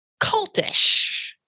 cultish